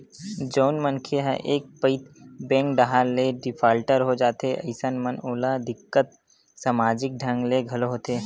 जउन मनखे ह एक पइत बेंक डाहर ले डिफाल्टर हो जाथे अइसन म ओला दिक्कत समाजिक ढंग ले घलो होथे